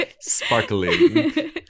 sparkling